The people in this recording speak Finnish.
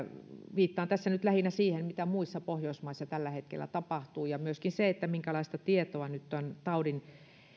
viittaan tässä nyt lähinnä siihen mitä muissa pohjoismaissa tällä hetkellä tapahtuu ja myöskin siihen minkälaista tietoa nyt taudin